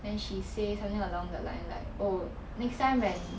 then she say something along the line like oh next time when